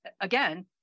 again